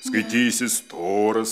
skaitysi storas